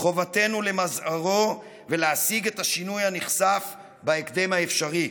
חובתנו למזער אותו ולהשיג את השינוי הנכסף בהקדם האפשרי.